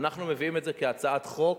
אנחנו מביאים את זה כהצעת חוק,